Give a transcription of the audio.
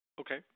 Okay